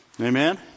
Amen